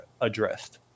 addressed